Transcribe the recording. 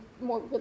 more